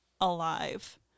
alive